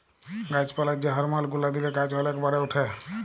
গাছ পালায় যে হরমল গুলা দিলে গাছ ওলেক বাড়ে উঠে